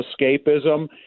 escapism